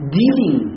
dealing